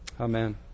Amen